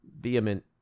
vehement